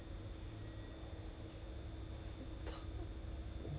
oh flight crew 不可以 apply ah customer service officer handle tra~